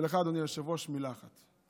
ולך, אדוני היושב-ראש, מילה אחת.